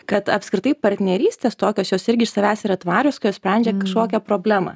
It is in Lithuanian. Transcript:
kad apskritai partnerystės tokios jos irgi iš savęs yra tvarios kai jos sprendžia kažkokią problemą